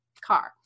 car